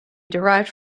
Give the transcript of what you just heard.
derived